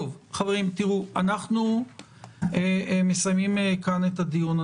חברים, אנחנו מסיימים כאן את הדיון.